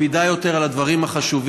מקפידה יותר על הדברים החשובים.